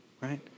right